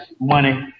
money